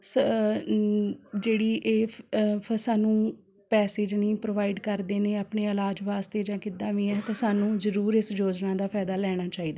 ਸ ਜਿਹੜੀ ਇਹ ਸਾਨੂੰ ਪੈਸੇ ਜਾਂ ਨਹੀਂ ਪ੍ਰੋਵਾਈਡ ਕਰਦੇ ਨੇ ਆਪਣੇ ਇਲਾਜ ਵਾਸਤੇ ਜਾਂ ਕਿੱਦਾਂ ਵੀ ਹੈ ਤਾਂ ਸਾਨੂੰ ਜ਼ਰੂਰ ਇਸ ਯੋਜਨਾ ਦਾ ਫਾਇਦਾ ਲੈਣਾ ਚਾਹੀਦਾ